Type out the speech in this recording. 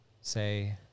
say